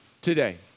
today